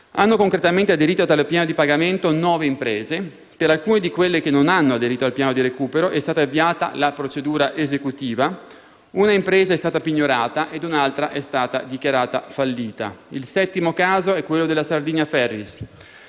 Hanno concretamente aderito a tale piano di pagamento nove imprese. Per alcune di quelle che non hanno aderito al piano di recupero è stata avviata la procedura esecutiva. Una impresa è stata pignorata, ed un'altra è stata dichiarata fallita. Il settimo caso è quello della Sardinia Ferries: